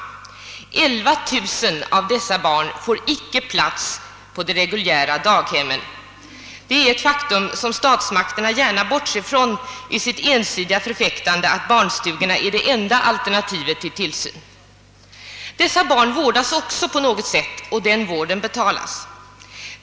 11 000 av dessa barn får inte plats på de reguljära daghemmen. Det är ett faktum som statsmakterna gärna bortser från vid sitt ensidiga förfäktande, att barnstugorna är det enda alternativet för barntillsyn. Dessa andra barn vårdas också på något sätt och denna vård måste betalas.